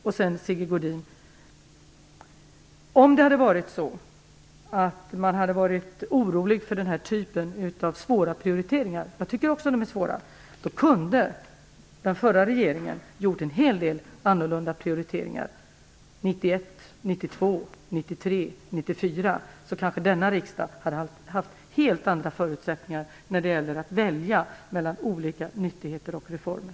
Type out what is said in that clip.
Om det hade varit så, Sigge Godin, att man hade varit orolig för den här typen av svåra prioriteringar - jag tycker också att de är svåra - kunde den förra regeringen ha gjort en hel del annorlunda prioriteringar 1991, 1992, 1993 och 1994, så kanske denna riksdag hade haft helt andra förutsättningar att välja mellan olika nyttigheter och reformer.